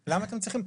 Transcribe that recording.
רוצים?